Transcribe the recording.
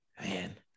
man